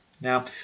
Now